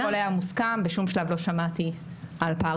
הכול היה מוסכם ובשום שלב לא שמעתי על פער